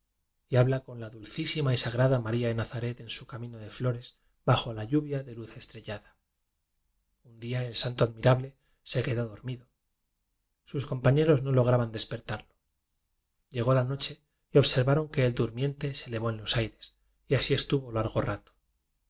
y habla con la dul l t í císima y sagrada maría de nazaret en su camino de flores bajo la lluvia de luz estre llada un día el santo admirable se quedó dormido sus compañeros no lograban des pertarlo llegó la noche y observaron que el durmiente se elevó en los aires y así es tuvo largo rato